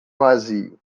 vazio